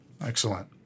Excellent